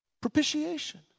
Propitiation